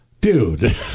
dude